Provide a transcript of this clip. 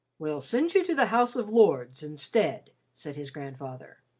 we'll send you to the house of lords instead, said his grandfather.